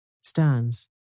stands